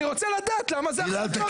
אני רוצה לדעת למה זה קרה.